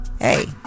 Hey